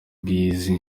bwiza